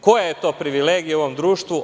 Koja je to privilegija u ovom društvu?